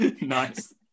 Nice